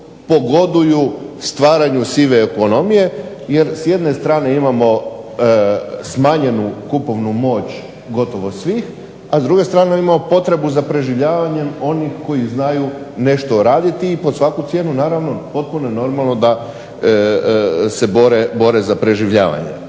pogoduju stvaranju sive ekonomije, jer s jedne strane imamo smanjenu kupovnu moć gotovo svih, a s druge strane imamo potrebu za preživljavanjem onih koji znaju nešto raditi i pod svaku cijenu naravno potpuno normalno da se bore za preživljavanje.